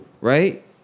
Right